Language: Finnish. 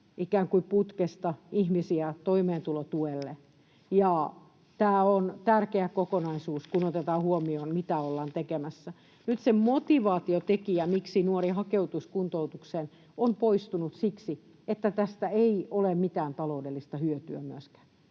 ikään kuin putkesta ihmisiä toimeentulotuelle. Tämä on tärkeä kokonaisuus, kun otetaan huomioon, mitä ollaan tekemässä. Nyt se motivaatiotekijä, miksi nuori hakeutuisi kuntoutukseen, on poistunut siksi, että tästä ei ole myöskään mitään taloudellista hyötyä.